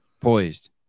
poised